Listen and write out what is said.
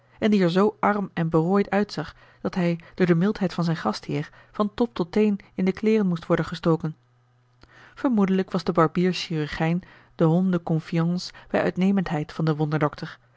en die er zoo arm en berooid uitzag dat hij door de mildheid van zijn gastheer van top tot teen in de kleêren moest worden gestoken vermoedelijk was de barbier chirurgijn de homme de confiance bij uitnemendheid van den